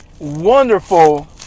wonderful